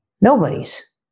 Nobody's